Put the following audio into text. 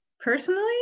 personally